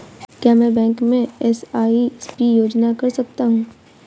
क्या मैं बैंक में एस.आई.पी योजना कर सकता हूँ?